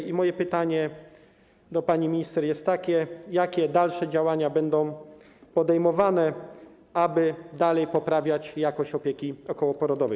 I moje pytanie do pani minister jest takie: Jakie dalsze działania będą podejmowane, aby dalej poprawiać jakość opieki okołoporodowej?